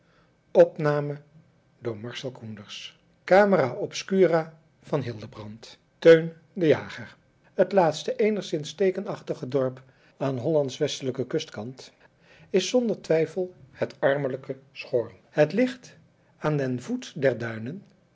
oogen teun de jager het laatste eenigszins teekenachtige dorp aan hollands westelijken kustkant is zonder twijfel het armelijk schoorl het ligt aan den voet der duinen